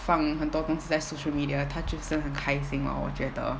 放很多东西在 social media 他就是很开心 lor 我觉得